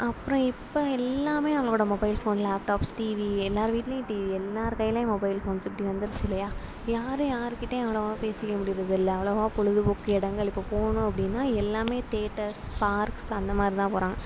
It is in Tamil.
அப்புறம் இப்போ எல்லாமே நம்மளோட மொபைல் ஃபோன் லேப்டாப்ஸ் டிவி எல்லார் வீட்லையும் டிவி எல்லார் கைலையும் மொபைல் ஃபோன்ஸ் இப்படி வந்துருச்சு இல்லையா யாரும் யாருகிட்டயும் அவ்வளவா பேசிக்க முடியிறது இல்லை அவ்வளவா பொழுபோக்கு இடங்களுக்கு போகனும் அப்படின்னா எல்லாமே தியேட்டர்ஸ் பார்க்ஸ் அந்த மாதிரி தான் போகறாங்க